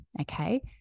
Okay